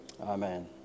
Amen